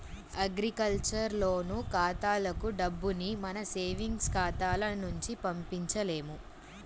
agriculture loan ఖాతాలకు డబ్బుని మన సేవింగ్స్ ఖాతాల నుంచి పంపించలేము